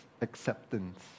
acceptance